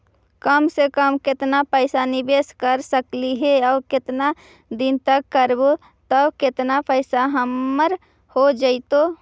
कम से कम केतना पैसा निबेस कर सकली हे और केतना दिन तक करबै तब केतना पैसा हमर हो जइतै?